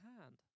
hand